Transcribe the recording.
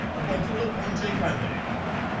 a bottle of pontet canet.